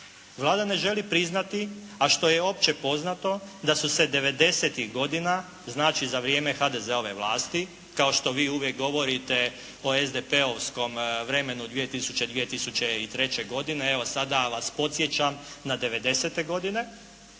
Vlada ne želi priznati, a što je opće poznato da su se devedesetih godina, znači za vrijeme HDZ-ove vlasti kao što vi uvijek govorite o SDP-ovskom vremenu 2000., 2003. godine. Evo sada vas podsjećam na devedesete